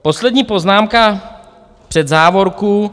Poslední poznámka před závorkou.